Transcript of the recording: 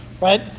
right